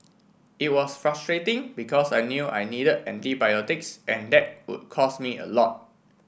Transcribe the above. it was frustrating because I knew I needed antibiotics and that would cost me a lot